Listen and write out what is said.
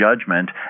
judgment